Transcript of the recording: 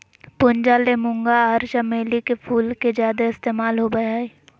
पूजा ले मूंगा आर चमेली के फूल के ज्यादे इस्तमाल होबय हय